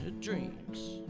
dreams